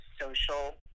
social